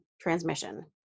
transmission